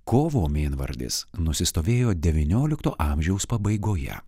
kovo mėnvardis nusistovėjo devyniolikto amžiaus pabaigoje